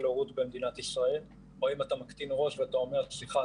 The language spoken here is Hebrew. הורות במדינת ישראל או אם אתה מקטין ראש ואתה אומר: סליחה,